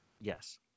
Yes